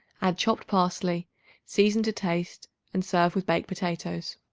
add chopped parsley season to taste and serve with baked potatoes.